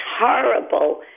horrible